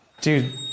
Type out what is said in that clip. Dude